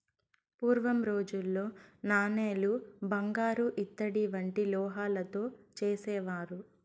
పూర్వం రోజుల్లో నాణేలు బంగారు ఇత్తడి వంటి లోహాలతో చేసేవారు